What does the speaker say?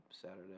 Saturday